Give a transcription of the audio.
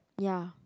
ya